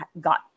got